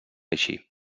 així